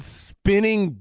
spinning